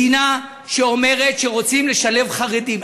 מדינה שאומרת שרוצים בה לשלב חרדים.